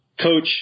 coach